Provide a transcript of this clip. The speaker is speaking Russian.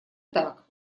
так